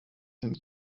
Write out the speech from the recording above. sind